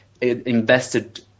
invested